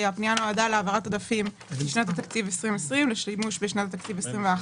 הפנייה נועדה להעברת עודפים משנת התקציב 2020 לשימוש בשנת התקציב 2021,